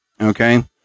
okay